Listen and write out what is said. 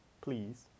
please